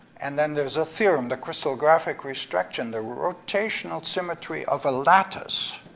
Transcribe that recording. and then there's a theorem, the crystallographic restriction, the rotational symmetry of a lattice